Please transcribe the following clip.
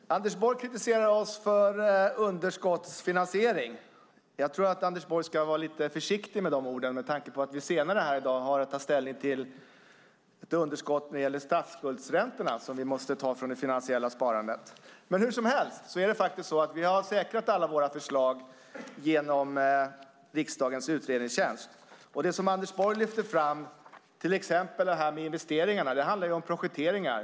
Fru talman! Anders Borg kritiserar oss för underskottsfinansiering. Jag tror att Anders Borg ska vara lite försiktig med de orden, med tanke på att vi senare här i dag har att ta ställning till ett underskott när det gäller statsskuldsräntan som vi måste ta från det finansiella sparandet. Men hur som helst har vi säkrat alla våra förslag genom riksdagens utredningstjänst. Anders Borg lyfter fram till exempel investeringarna. Det handlar om projekteringar.